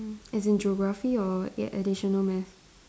as in geography or ya additional math